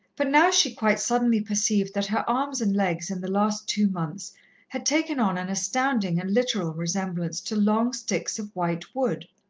but now she quite suddenly perceived that her arms and legs in the last two months had taken on an astounding and literal resemblance to long sticks of white wood.